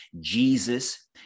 Jesus